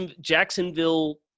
Jacksonville